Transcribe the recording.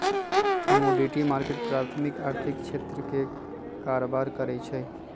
commodity market प्राथमिक आर्थिक क्षेत्र में कारबार करै छइ